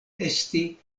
esti